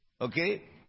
okay